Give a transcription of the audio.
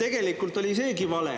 Tegelikult oli seegi vale,